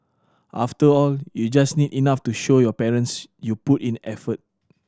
after all you just need enough to show your parents you put in effort